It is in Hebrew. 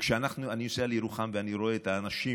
כשאני נוסע לירוחם ואני רואה את האנשים